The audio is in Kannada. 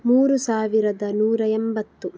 ಮೂರು ಸಾವಿರದ ನೂರ ಎಂಬತ್ತು